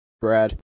Brad